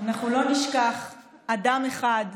נשכח אדם אחד,